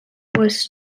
was